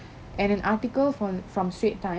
and an article from from strait time